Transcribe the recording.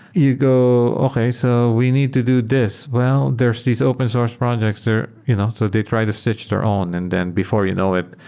you go, okay. so we need to do this. well, there are these open source projects. you know so they try to stitch their own. and then before you know it,